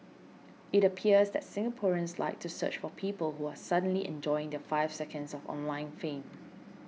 it appears that Singaporeans like to search for people who are suddenly enjoying their five seconds of online fame